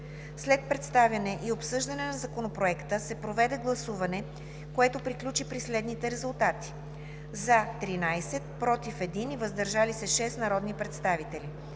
След представяне и обсъждане на Законопроекта се проведе гласуване, което приключи при следните резултати: „за“ 13, „против“ 1 и „въздържали се“ 6 народни представители.